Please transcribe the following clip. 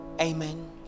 Amen